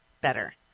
better